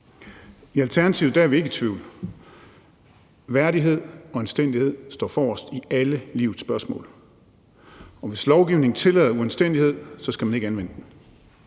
I Alternativet er vi ikke i tvivl. Værdighed og anstændighed står forrest i alle livets spørgsmål, og hvis lovgivningen tillader uanstændighed, så skal man ikke anvende den.